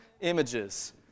images